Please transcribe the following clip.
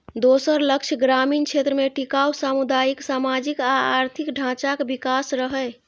दोसर लक्ष्य ग्रामीण क्षेत्र मे टिकाउ सामुदायिक, सामाजिक आ आर्थिक ढांचाक विकास रहै